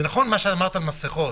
לדעתי